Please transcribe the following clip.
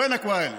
וונאכ ואאל?